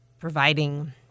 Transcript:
providing